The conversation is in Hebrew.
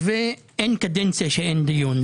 אין קדנציה שאין דיון,